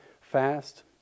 fast